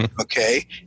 Okay